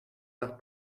nach